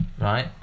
right